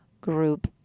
group